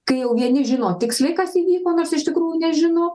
kai jau vieni žino tiksliai kas įvyko nors iš tikrųjų nežino